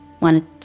wanted